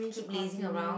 keep lazing around